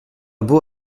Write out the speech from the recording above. beau